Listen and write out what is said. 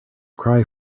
cry